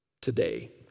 today